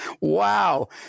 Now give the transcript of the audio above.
wow